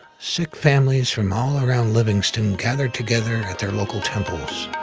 sikh families from all around livingston gathered together at their local temples.